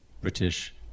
British